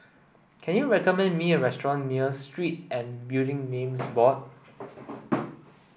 can you recommend me a restaurant near Street and Building Names Board